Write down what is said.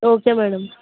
okay madam